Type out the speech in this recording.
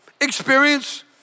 experience